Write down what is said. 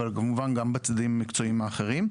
אבל כמובן גם בצדדים המקצועיים האחרים.